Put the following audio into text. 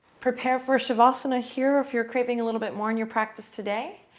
prepare for shavasana here if you're craving a little bit more in your practice today,